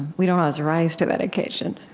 we don't always rise to that occasion.